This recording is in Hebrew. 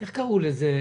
איך קראו לזה?